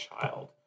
child